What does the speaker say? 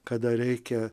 kada reikia